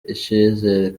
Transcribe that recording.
icizere